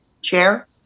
chair